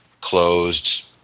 closed